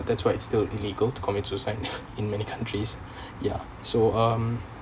that's why it's still illegal to commit suicide in many countries ya so um